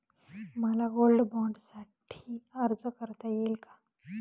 मला गोल्ड बाँडसाठी अर्ज करता येईल का?